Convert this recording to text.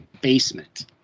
basement